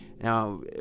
Now